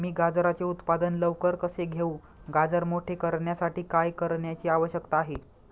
मी गाजराचे उत्पादन लवकर कसे घेऊ? गाजर मोठे करण्यासाठी काय करण्याची आवश्यकता आहे?